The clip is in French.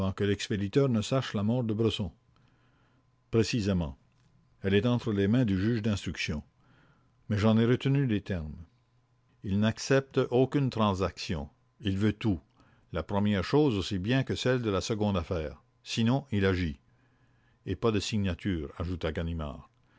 lettre ne sût la mort de bresson précisément elle est entre les mains du juge d'instruction mais j'en al retenu les termes exacts il n'accepte aucune transaction il veut tout la première chose aussi bien que celles de la seconde affaire sinon il agit et pas de signature ajouta ganimard